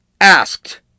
asked